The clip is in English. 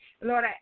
Lord